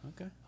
okay